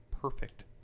Perfect